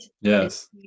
Yes